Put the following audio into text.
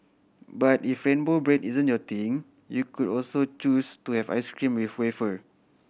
but if rainbow bread isn't your thing you could also choose to have ice cream with wafer